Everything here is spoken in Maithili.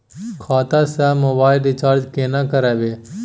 खाता स मोबाइल रिचार्ज केना करबे?